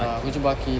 ah aku jumpa aqil